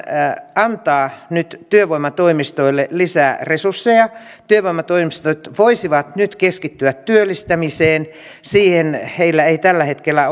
antaa nyt työvoimatoimistoille lisää resursseja työvoimatoimistot voisivat nyt keskittyä työllistämiseen siihen heillä ei tällä hetkellä